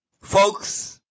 folks